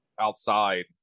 outside